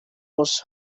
was